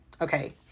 Okay